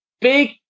big